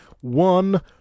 One